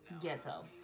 ghetto